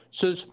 says